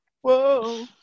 Whoa